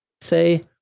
say